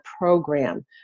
Program